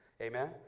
Amen